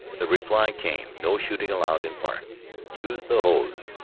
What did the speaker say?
the reply came no shooting allowed in park use the hose.